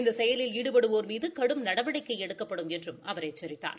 இந்த செயலில் ஈடுபடுவோர் மீது கடும் நடவடிக்கை எடுக்கப்படும் என்றும் அவர் எச்சித்தார்